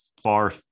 Far